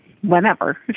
whenever